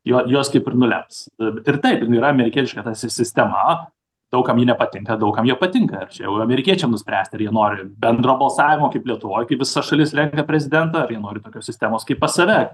jo jos taip ir nulems ir taip jinai yra amerikietišką tarsi sistema daug kam ji nepatinka daug kam ji patinka ir čia jau amerikiečiam nuspręst ar jie nori bendro balsavimo kaip lietuvoj kai visa šalis renka prezidentą ar jie nori tokios sistemos kaip pas save